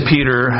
Peter